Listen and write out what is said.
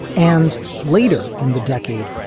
and later in the decade,